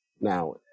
Now